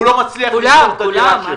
הוא לא מצליח למכור את הדירה שלו.